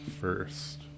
first